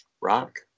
rock